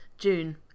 june